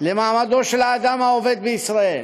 למעמדו של האדם העובד בישראל.